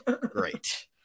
Great